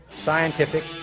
scientific